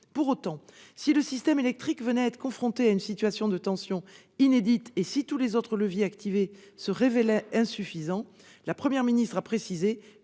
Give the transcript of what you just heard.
que, si le système électrique venait à être confronté à une situation de tension inédite et si tous les autres leviers activés se révélaient insuffisants, des coupures